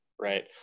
right